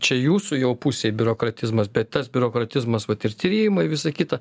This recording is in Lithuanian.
čia jūsų jau pusėj biurokratizmas bet tas biurokratizmas vat ir tyrimai visa kita